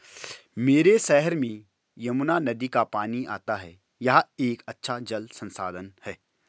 मेरे शहर में यमुना नदी का पानी आता है यह एक अच्छा जल संसाधन है